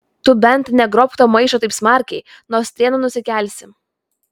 tu bent negrobk to maišo taip smarkiai nuo strėnų nusikelsi